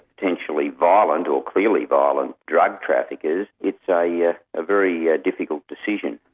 potentially violent, or clearly violent drug traffickers, it's ah yeah a very ah difficult decision.